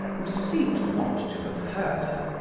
who seemed not to have heard her,